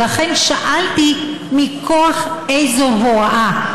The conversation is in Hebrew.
ולכן, שאלתי מכוח איזו הוראה.